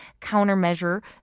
countermeasure